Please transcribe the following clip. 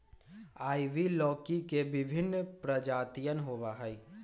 ivy लौकी के विभिन्न प्रजातियन होबा हई